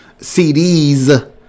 CDs